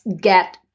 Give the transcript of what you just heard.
get